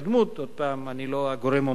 עוד פעם, אני לא הגורם המוסמך